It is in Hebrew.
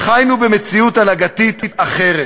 חיינו במציאות הנהגתית אחרת.